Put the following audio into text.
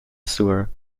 sewer